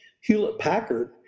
Hewlett-Packard